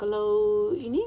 kalau ini